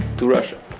to russia